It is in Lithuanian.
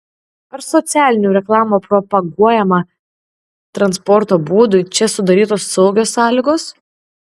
ar socialinių reklamų propaguojamam transporto būdui čia sudarytos saugios sąlygos